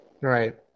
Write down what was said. Right